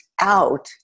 out